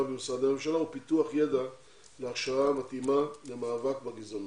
במשרדי הממשלה ופיתוח ידע להכשרה מתאימה למאבק בגזענות.